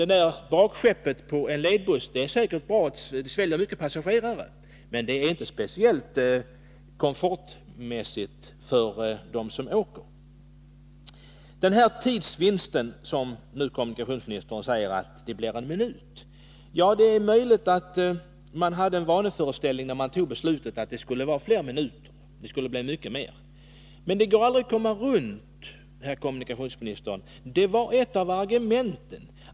Bakskeppet på en ledbuss är säkert bra — det sväljer många passagerare. Men det är inte speciellt komfortabelt för dem som åker. Kommunikationsministern sade nu att tidsvinsten blir en minut. Det är möjligt att man, när man fattade beslutet, hade en vanföreställning om att det skulle bli mycket mer. Men det går aldrig att komma ifrån att detta var ett av argumenten.